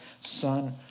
son